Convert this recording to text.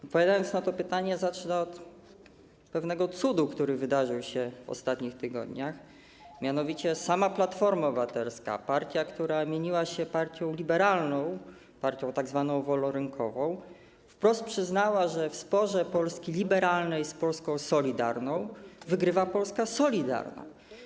Odpowiadając na to pytanie, zacznę od pewnego cudu, który wydarzył się w ostatnich tygodniach, mianowicie sama Platforma Obywatelska, partia, która mieniła się partią liberalną, partią tzw. wolnorynkową, wprost przyznała, że w sporze Polski liberalnej z Polską solidarną wygrywa Polska solidarna.